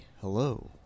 hello